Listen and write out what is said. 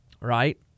Right